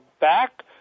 back